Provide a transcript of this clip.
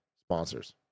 sponsors